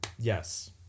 Yes